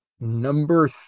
Number